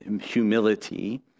humility